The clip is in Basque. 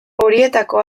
horietako